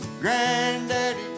Granddaddy